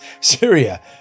Syria